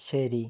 ശരി